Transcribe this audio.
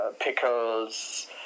pickles